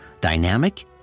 dynamic